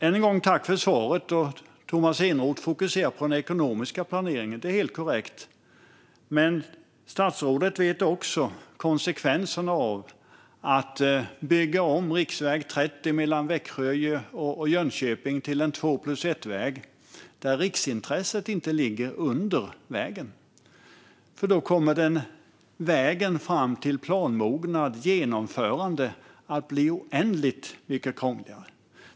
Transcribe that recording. Än en gång tack för svaret! Tomas Eneroth fokuserar på den ekonomiska planeringen. Det är helt korrekt. Men statsrådet vet också vilka konsekvenserna blir om man ska bygga om riksväg 30 mellan Växjö och Jönköping till en två-plus-ett-väg om riksintresset inte finns under vägen. Vägen fram till planmognad, genomförandet, kommer att bli oändligt mycket krångligare.